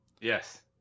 Yes